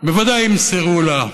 בוודאי ימסרו לה.